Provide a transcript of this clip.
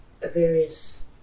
various